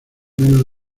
menos